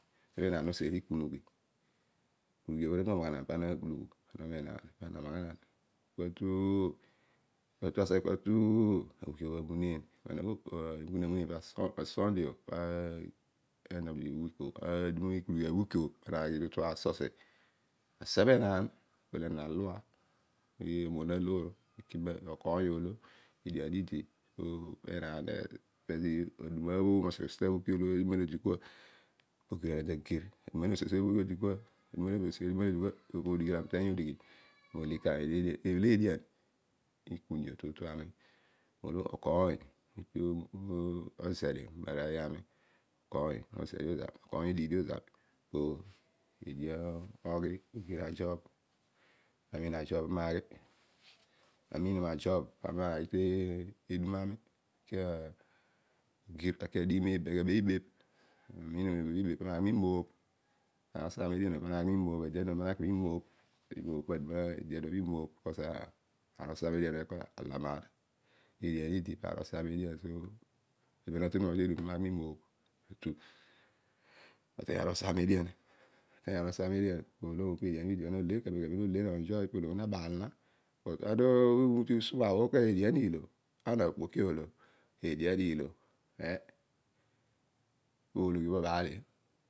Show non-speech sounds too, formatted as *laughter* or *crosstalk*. Seghe menaan aseni tikunughi ana tu momaghan pana'ak pulughu anogho menaan pana namaghanan. Atu aseghe kua tutu a week o anuneen *unintelligible* asuuday o ikunughi aduma aweek o pana aghi to tu achurch asebh enaan. akol enaan alua mo omoon aloor ekima. okoiy oolo. edian idi *unintelligible* aduma mo seghe osi ta week olo odikwa opo ogir oloi ami tagir. taduma lodi kua obho odighi olo ami uteiy odighi to tu ami lo okoiy okighio zami *unintelligible* oghi ogir ajob pami naghi. Ami umiimo majob pami naaghi tedum ami aki abebh ibebh or aki amoobh imoobh. *unintelligible* ede aduma bho pimoobh because ezo osa edian o ala maar. Edian idi paar lo osaam edian. pami na aghi mi moobh atu oteiy aar lo osaam edian polomu. kaduma kaduma punole no baalologhi pu no onjoy ana urol kua bho ana okpoki oolo edian iilo. heh! Po ologhi ooho obaalio.